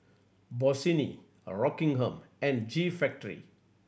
Bossini Rockingham and G Factory